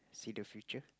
see the future